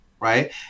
Right